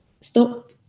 stop